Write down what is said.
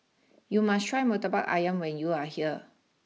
you must try Murtabak Ayam when you are here